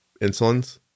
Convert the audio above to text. insulins